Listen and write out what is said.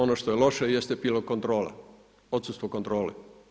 Ono što je loše jeste bila kontrola, odsustvo kontrole.